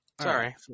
Sorry